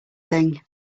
thing